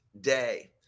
day